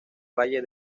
valle